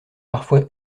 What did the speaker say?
parfois